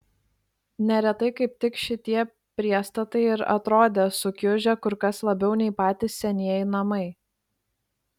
neretai kaip tik šitie priestatai ir atrodė sukiužę kur kas labiau nei patys senieji namai